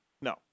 No